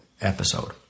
episode